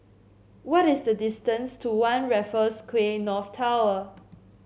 what is the distance to One Raffles Quay North Tower